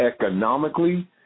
economically